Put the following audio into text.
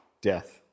Death